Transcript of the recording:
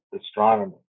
astronomy